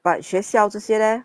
but 学校这些 leh